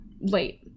late